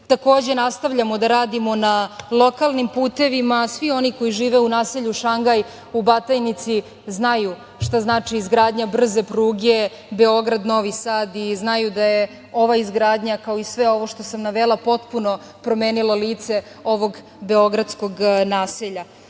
Takođe, nastavljamo da radimo na lokalnim putevima, a svi oni koji žive u naselju Šangaj u Batajnici znaju šta znači izgradnja brze pruge Beograd-Novi Sad i znaju da je ova izgradnja kao i sve ovo što sam navela, potpuno promenilo lice ovog beogradskog naselja. Kao